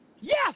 Yes